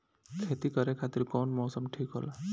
खेती करे खातिर कौन मौसम ठीक होला?